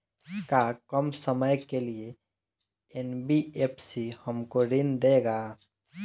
का कम समय के लिए एन.बी.एफ.सी हमको ऋण देगा?